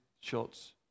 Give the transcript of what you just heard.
shots